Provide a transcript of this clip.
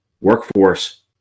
workforce